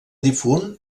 difunt